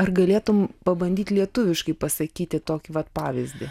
ar galėtum pabandyt lietuviškai pasakyti tokį vat pavyzdį